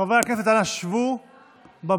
חברי הכנסת, אנא שבו במקומות.